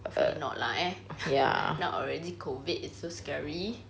hopefully not lah eh now already COVID it's so scary